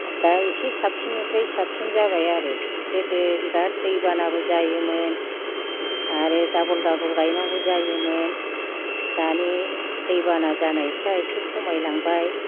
दा एसे साबसिननिफ्राय साबसिन जाबाय आरो गोदो बिराद दै बानाबो जायोमोन आरो डाबल डाबल गायनांगौबो जायोमोन दानि दै बाना जानायफ्रा एसे खमायलांबाय